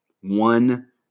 One